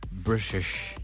British